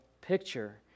picture